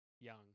young